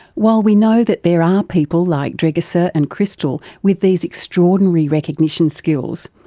while we know that there are people like dragica so and christel with these extraordinary recognition skills,